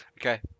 okay